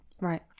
Right